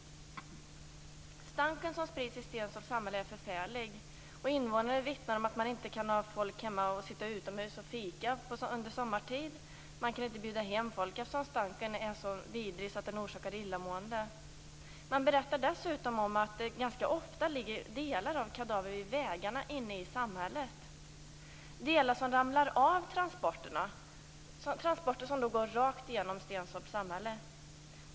Stanken som sprids i Stenstorps samhälle är förfärlig. Invånarna vittnar om att de inte kan ha folk hemma och sitta utomhus och fika under sommaren. De kan inte bjuda hem folk, eftersom stanken är så vidrig att den orsakar illamående. De berättar dessutom att det ganska ofta ligger delar av kadaver på vägarna inne i samhället. Det är delar som har ramlat av transporterna. Dessa transporter går rakt igenom Stenstorps samhälle.